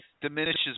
diminishes